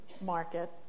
market